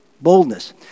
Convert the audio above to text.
Boldness